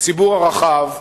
הציבור הרחב,